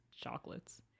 chocolates